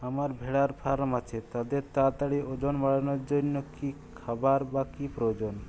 আমার ভেড়ার ফার্ম আছে তাদের তাড়াতাড়ি ওজন বাড়ানোর জন্য কী খাবার বা কী প্রয়োজন?